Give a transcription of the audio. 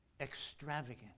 extravagant